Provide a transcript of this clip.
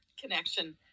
connection